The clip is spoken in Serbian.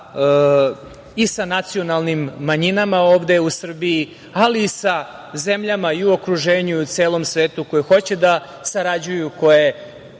i sa nacionalnim manjinama ovde u Srbiji, ali i sa zemljama u okruženju i u celom svetu koje hoće da sarađuju, koje